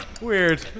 Weird